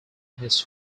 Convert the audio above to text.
his